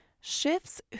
shifts